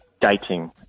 dating